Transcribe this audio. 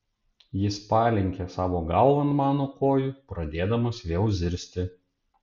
jis palenkė savo galvą ant mano kojų pradėdamas vėl zirzti